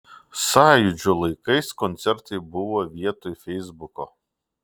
sąjūdžio laikais koncertai buvo vietoj feisbuko